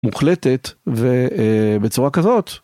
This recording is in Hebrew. מוחלטת ובצורה כזאת.